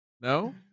No